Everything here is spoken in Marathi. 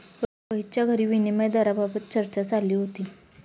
रोहितच्या घरी विनिमय दराबाबत चर्चा चालली होती